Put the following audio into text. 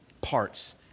parts